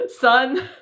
son